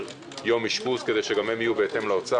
יום אשפוז כדי שגם הם יהיו בהתאם להוצאה.